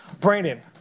Brandon